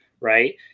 Right